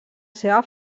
seva